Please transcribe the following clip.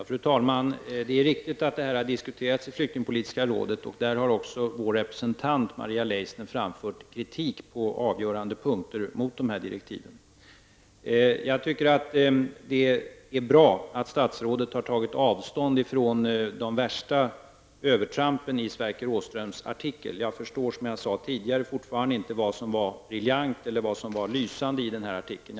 Fru talman! Det är riktigt att detta har diskuterats i flyktingpolitiska rådet. I detta råd har också vår representant Maria Leissner på avgörande punkter framfört kritik mot dessa direktiv. Jag tycker att det är bra att statsrådet har tagit avstånd från de värsta övertrampen i Sverker Åströms artikel. Jag förstår, som jag sade tidigare, fortfarande inte vad som var briljant eller vad som var lysande i denna artikel.